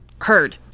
Heard